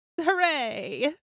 Hooray